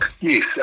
yes